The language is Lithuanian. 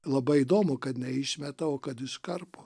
labai įdomu kad ne išmeta o kad iškarpo